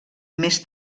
més